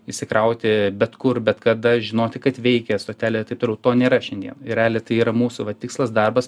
įsikrauti bet kur bet kada žinoti kad veikia stotelė taip toliau to nėra šiandieną realiai tai yra mūsų va tikslas darbas